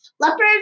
Leopards